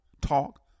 talk